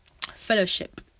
fellowship